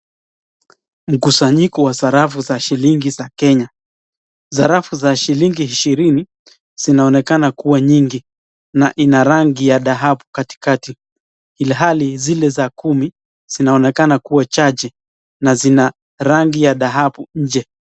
Mkusanyiko wa sarafu za shilingi za Kenya. Sarafu za shilingi ishirini zinaonekana kuwa nyingi na ina rangi ya dhahabu katikati, ilihali zile za kumi zinaonekana kuwa chache na zina rangi ya dhahabu nje.